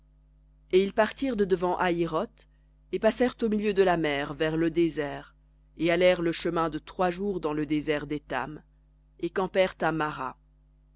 et ils partirent de devant hahiroth et passèrent au milieu de la mer vers le désert et allèrent le chemin de trois jours dans le désert d'étham et campèrent à mara